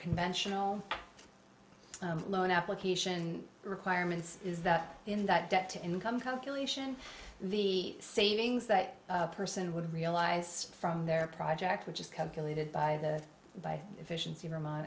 conventional loan application requirements is that in that debt to income compilation the savings that person would realize from their project which is calculated by the by efficiency vermont